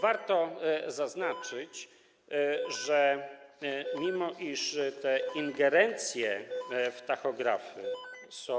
Warto zaznaczyć, że mimo iż te ingerencje w tachografy są